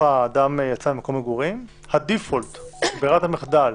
ברירת המחדל